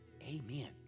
Amen